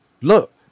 Look